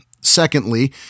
Secondly